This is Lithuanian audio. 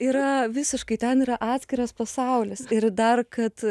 yra visiškai ten yra atskiras pasaulis ir dar kad